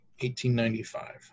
1895